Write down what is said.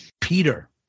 Peter